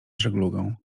żeglugą